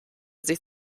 sich